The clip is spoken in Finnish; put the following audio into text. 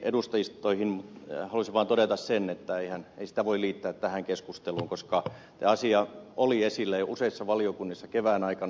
halusin vaan todeta sen että ei sitä voi liittää tähän keskusteluun koska tämä asia oli esillä jo useissa valiokunnissa kevään aikana